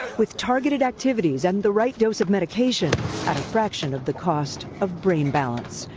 with targeted activities and the right dose of medication at a fraction of the cost of brain balance.